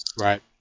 Right